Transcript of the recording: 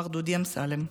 מר דודי אמסלם,